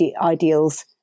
ideals